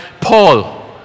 Paul